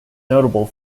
notable